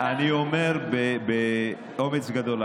אני אומר באומץ גדול,